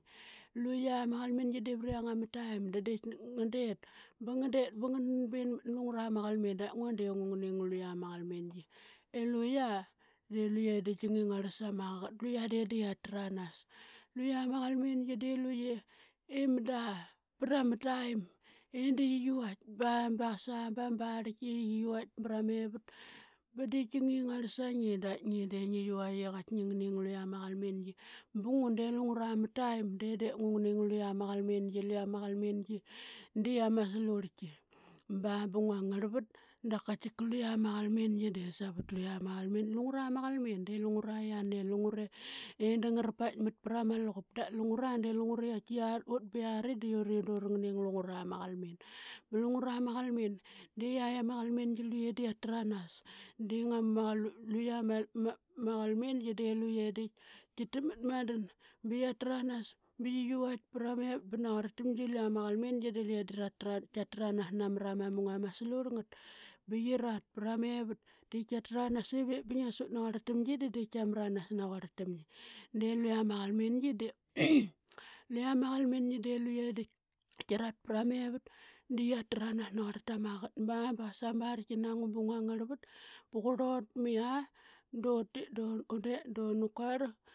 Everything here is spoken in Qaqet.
Luyia ma qalmingi de viryang ama taim da de ngan det ba ngan det ba ngan nan binmat na lungura ma qalmin dap ngua de ngungning luya ma qalmingi i luya de luye diip ki ngingarl sama qaqat da luya de da qia tranas. Luya ma qalmingi de luye, man da pra ma taim i da qiqi vaitk ba, ba qasa ba ma barlki i qiqi vaitk ba diip ki ngingarl sa ngi da ngi de ngi yivaitk i qaitk ngi ngning luqa ma qalmingi. Ba ngua de lungura ma taim de de, ngungning luqa ma qalmingi, luqia ma qalmingi di ama slurlki. Ba, bangua ngarl rat da kaitika luqa ma qalmingi de savat luqia ma qalm. Lungura ma qalmin de lungura yiane, lungure i da ngara paitkmat pra ma luqup. Dap lungura de lungure i ut ba yiari di ure da uarangning lungura ma qalmmin. Ba lungura ma qalmin de yaitk ama qalmingi luqe da qaitranas di luqia ma qalmingi de luqe diip ki takmat madan ba qia tranas ba qiqi vaitk pra ma evat ba naquarltamgi luqia ma qalmingi de di qia tranas namra ma mung ama slurlngat ba qi rat pra ma evat. Di kia tranas i vip ba ngia sut naquarl tamgi de diip kiamranas naquarltam ngi, de luqia ma qalmingi de luqia ma qalmingi de luqe di kirat pra ma evat da qia tranas naquarltama qaqat. Ba, ba qasa ma barlki na ngua ba ngua ngarlvat ba qurlut mi aa dutit duna, undet duna kuarl.